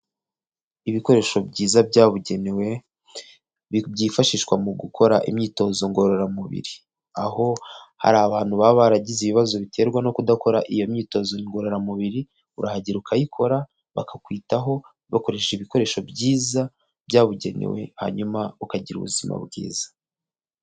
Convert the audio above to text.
Ibikoresho byiza byabugenewe byifashishwa mu gukora imyitozo ngororamubiri aho hari abantu baba baragize ibibazo biterwa no kudakora iyo myitozo ngororamubiri urahagera ukayikora bakakwitaho bakoresha ibikoresho byiza byabugenewe hanyuma ukagira ubuzima bwiza.